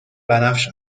بنفش